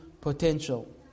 potential